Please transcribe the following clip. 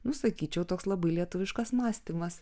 nu sakyčiau toks labai lietuviškas mąstymas